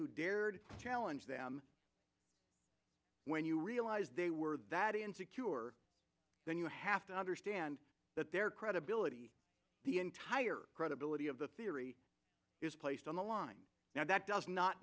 who dared to challenge them when you realize they were that insecure then you have to understand that their credibility the entire credibility of the theory is placed on the line now that does not